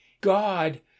God